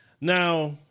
Now